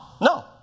No